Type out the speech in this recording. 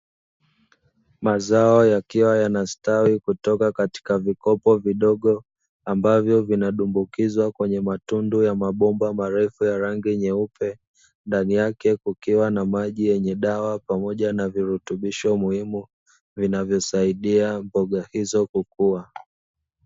Mazao yakiwa yanastawi kutoka katika vikopo vidogo, ambavyo vinadumbukizwa kwenye matundu ya mabomba marefu ya rangi nyeupe, ndani yake kukiwa na maji yenye dawa pamoja na virutubisho muhimu, vinavyosaidia mboga hizo kukua.